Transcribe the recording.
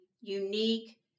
unique